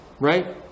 right